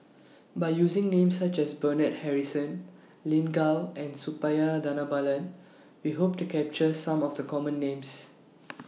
By using Names such as Bernard Harrison Lin Gao and Suppiah Dhanabalan We Hope to capture Some of The Common Names